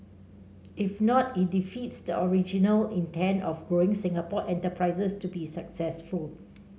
if not it defeats the original intent of growing Singapore enterprises to be successful